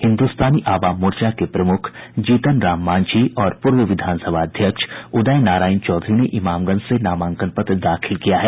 हिन्दुस्तानी अवाम मोर्चा के प्रमुख जीतन राम मांझी और पूर्व विधानसभा अध्यक्ष उदय नारायण चौधरी ने इमामगंज से नामांकन पत्र दाखिल किया है